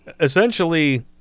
essentially